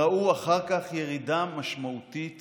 ראו אחר כך ירידה משמעותית